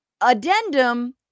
Addendum